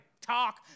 talk